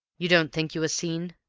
you don't think you were seen?